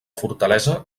fortalesa